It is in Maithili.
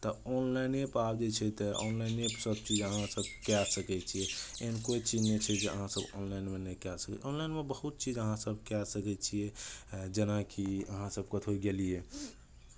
तऽ ऑनलाइनेपर आब जे छै तऽ ऑनलाइने सभ चीज अहाँसभ कए सकै छियै एहन कोइ चीज नहि छै कि अहाँसभ ऑनलाइन नहि कए सकै छियै ऑनलाइनमे बहुत चीज अहाँसभ कए सकै छियै जेनाकि अहाँसभ कतहु गेलियै